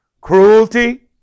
cruelty